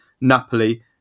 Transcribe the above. Napoli